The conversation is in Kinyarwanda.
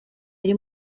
yari